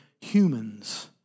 humans